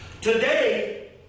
Today